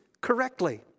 correctly